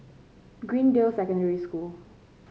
Greendale Secondary School